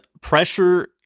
pressure